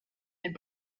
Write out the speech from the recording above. had